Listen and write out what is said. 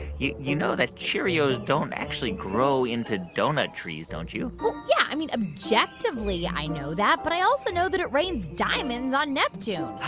you you know that cheerios don't actually grow into doughnut trees, don't you? well, yeah, i mean, objectively, i know that. but i also know that it rains diamonds on neptune.